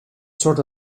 sort